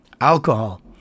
Alcohol